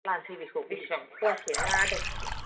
लानोसै बेखौ बेसिबां पवासे ना आदा केजि